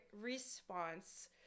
response